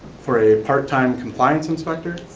for a part-time compliance inspector,